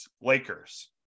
Lakers